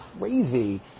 crazy